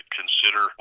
consider